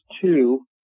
two